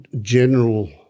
general